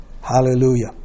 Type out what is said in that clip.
Hallelujah